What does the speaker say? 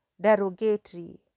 derogatory